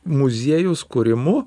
muziejaus kūrimu